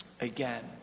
Again